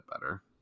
better